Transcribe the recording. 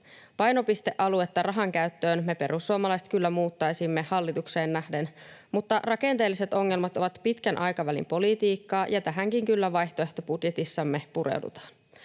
Painopistealuetta rahankäyttöön me perussuomalaiset kyllä muuttaisimme hallitukseen nähden, mutta rakenteelliset ongelmat ovat pitkän aikavälin politiikkaa, ja tähänkin kyllä vaihtoehtobudjetissamme pureudutaan.